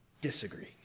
disagree